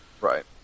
right